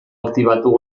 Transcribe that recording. aktibatu